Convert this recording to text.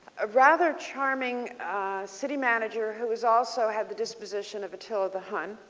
a rather charming city manager who was also had the disposition of a till a the hundred.